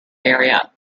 area